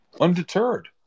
undeterred